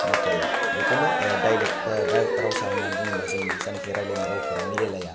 नाथाय बेफोरनो दायलेख राव रावसा होननानै बुङोब्ला जोंनि जानाखि रायलायनाय रावफोरा मिलाय लाया